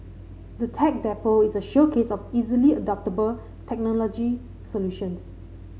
the Tech Depot is a showcase of easily adoptable technology solutions